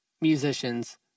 musicians